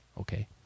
Okay